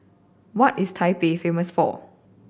what is Taipei famous for